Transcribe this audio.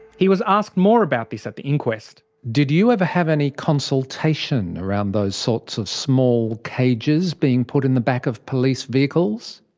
he was asked more about this at the inquest. did you ever have any consultation around those sorts of small cages being put in the back of police vehicles?